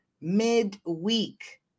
midweek